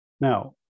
Now